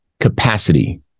capacity